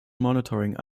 monitoring